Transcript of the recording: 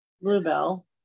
Bluebell